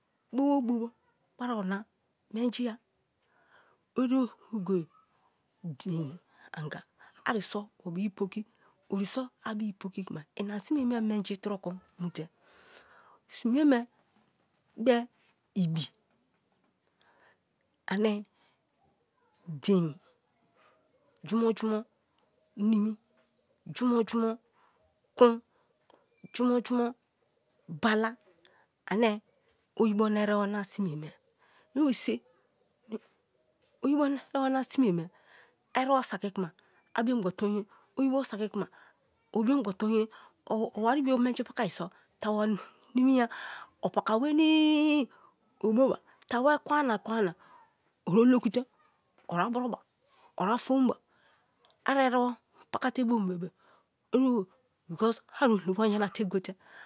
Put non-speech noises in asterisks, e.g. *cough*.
Bobo bobo bari ona menji a *unintelligible* dein anga ari so obibi poki, ori so abi poki kuma ina sime me menji turoko mu te sime me be ibi ane dein, jumo-jumo ninu, jumo-jumo kun, jumo-jumo bala, ane oyibo na erebo sime *unintelligible* oyibo na erebo na sime me erebo saki kuma, a biongho tonye, oyebo saki tuma o biongbo tonye. O wari bio menji pokai so tabo nimi ya, o paka wenii o ba ba, tabo ekwena ekwena o oloku te o afomba ari erebo paka te bom bee oyibo a obiongbo yana te gofe.